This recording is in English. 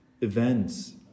events